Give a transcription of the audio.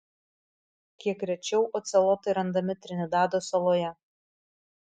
kiek rečiau ocelotai randami trinidado saloje